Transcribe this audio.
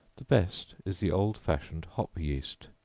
the best is the old-fashioned hop yeast,